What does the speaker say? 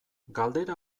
galdera